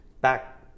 back